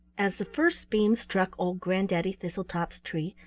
as the first beam struck old granddaddy thistletop's tree,